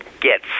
get